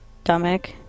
stomach